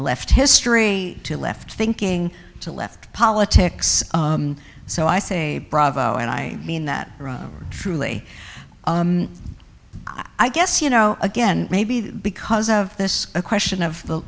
left history to left thinking to left politics so i say bravo and i mean that truly i guess you know again maybe the because of this a question of the